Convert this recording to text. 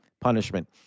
punishment